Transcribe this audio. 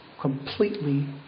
completely